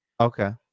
Okay